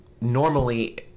normally